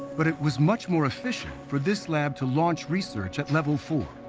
but it was much more efficient for this lab to launch research at level four,